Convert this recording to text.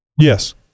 yes